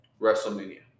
WrestleMania